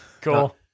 Cool